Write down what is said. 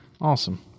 awesome